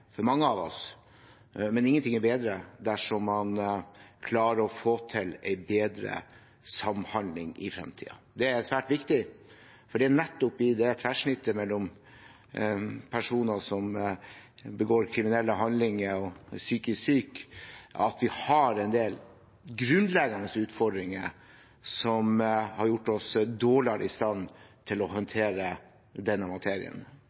for mange av oss, men ingenting er bedre enn at man klarer å få til en bedre samhandling i fremtiden. Det er svært viktig, for det nettopp i det tverrsnittet, mellom personer som begår kriminelle handlinger og er psykisk syke, at vi har en del grunnleggende utfordringer som har gjort oss dårligere i stand til å håndtere denne materien